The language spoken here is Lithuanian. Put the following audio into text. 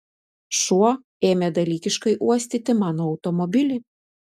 šuo ėmė dalykiškai uostyti mano automobilį